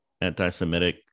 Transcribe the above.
anti-semitic